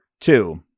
Two